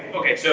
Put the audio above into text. okay! so